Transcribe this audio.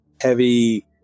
heavy